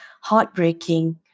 heartbreaking